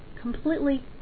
completely